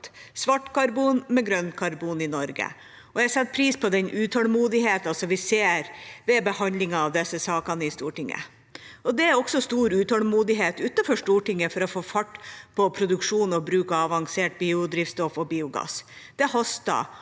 svart karbon med grønt karbon i Norge, og jeg setter pris på den utålmodigheten vi ser ved behandlingen av disse sakene i Stortinget. Det er også stor utålmodighet utenfor Stortinget for å få fart på produksjon og bruk av avansert biodrivstoff og biogass. Det haster